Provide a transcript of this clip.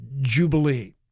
jubilee